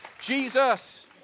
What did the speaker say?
Jesus